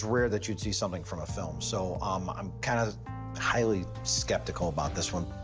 rare that you'd see something from a film. so um i'm kind of highly skeptical about this one.